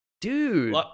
dude